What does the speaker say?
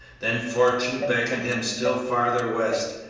then fortune beckoned him still farther west,